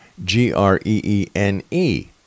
G-R-E-E-N-E